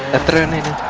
the women